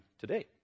today